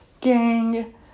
gang